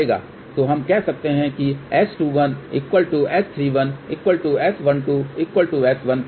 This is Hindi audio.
तो हम कह सकते हैं कि S21 S31 S12 S13